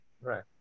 Right